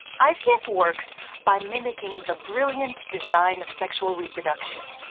ivf yeah works by mimicking the brilliant design of sexual reproduction.